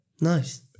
Nice